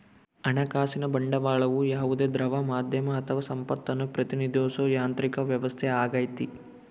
ಹಣಕಾಸಿನ ಬಂಡವಾಳವು ಯಾವುದೇ ದ್ರವ ಮಾಧ್ಯಮ ಅಥವಾ ಸಂಪತ್ತನ್ನು ಪ್ರತಿನಿಧಿಸೋ ಯಾಂತ್ರಿಕ ವ್ಯವಸ್ಥೆಯಾಗೈತಿ